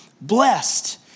blessed